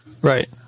Right